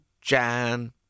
Jan